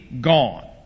gone